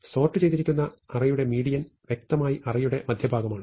sort ചെയ്തിരിക്കുന്ന അറേയുടെ median വ്യക്തമായി അറേയുടെ മധ്യഭാഗമാണ്